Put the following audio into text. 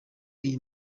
iyi